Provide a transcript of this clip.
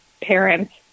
parents